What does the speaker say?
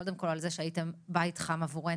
קודם כול על כך שהייתם בית חם עבורנו,